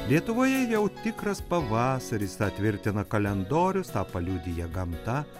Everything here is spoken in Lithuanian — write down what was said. lietuvoje jau tikras pavasaris tą tvirtina kalendorius tą paliudija gamta